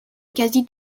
quasi